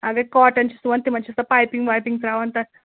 اگرَے کاٹَن چھِ سُوان تِمَن چھِ سۄ پایپِنٛگ وایپِنٛگ پٮ۪وان تَتھ